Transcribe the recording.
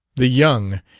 the young,